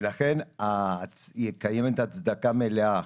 לכן, קיימת הצדקה מלאה